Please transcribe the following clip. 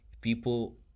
People